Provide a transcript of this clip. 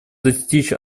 достичь